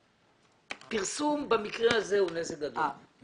פרסום במקרה הזה הוא נזק גדול.